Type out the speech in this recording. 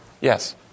Yes